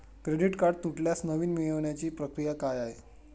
Credit card तुटल्यास नवीन मिळवण्याची प्रक्रिया काय आहे?